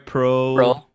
Pro